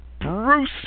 Bruce